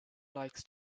likes